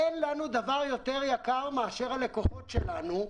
אין לנו דבר יותר יקר מאשר הלקוחות שלנו,